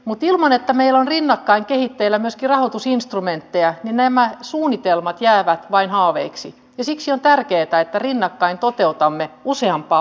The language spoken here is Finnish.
mutta ilman että meillä on rinnakkain kehitteillä myöskin rahoitusinstrumentteja nämä suunnitelmat jäävät vain haaveiksi ja siksi on tärkeää että rinnakkain toteutamme useampaa pohdintaa